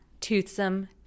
toothsome